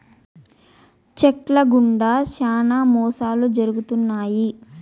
check ల గుండా శ్యానా మోసాలు జరుగుతున్నాయి